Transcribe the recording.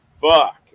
fuck